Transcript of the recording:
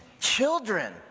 Children